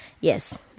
yes